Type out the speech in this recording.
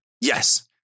Yes